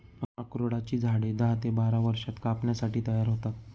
अक्रोडाची झाडे दहा ते बारा वर्षांत कापणीसाठी तयार होतात